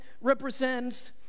represents